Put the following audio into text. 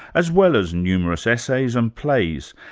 as well as numerous essays and plays,